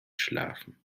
schlafen